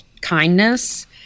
kindness